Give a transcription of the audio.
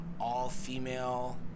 all-female